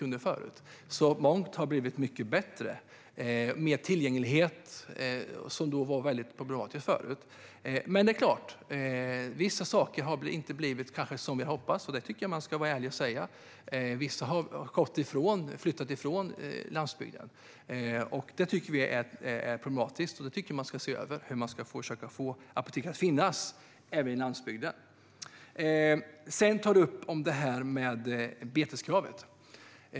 Det är mycket som har blivit mycket bättre, till exempel större tillgänglighet. Men det är klart att vissa saker kanske inte har blivit som vi hoppades. Det tycker jag att man ska vara ärlig och säga. Vissa apotek har flyttat från landsbygden. Det tycker vi är problematiskt, och man bör se över hur man ska få apotek till glesbygden. Sedan tar du upp beteskravet.